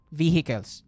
vehicles